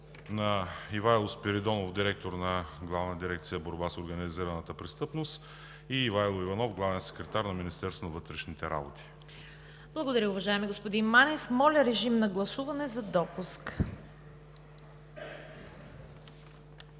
на Ивайло Спиридонов – директор на Главна дирекция „Борба с организираната престъпност“, и Ивайло Иванов – главен секретар на Министерството на вътрешните работи. ПРЕДСЕДАТЕЛ ЦВЕТА КАРАЯНЧЕВА: Благодаря, уважаеми господин Манев. Моля, режим на гласуване за допуск.